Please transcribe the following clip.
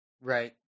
right